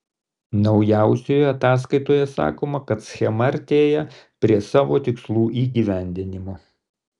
naujausioje ataskaitoje sakoma kad schema artėja prie savo tikslų įgyvendinimo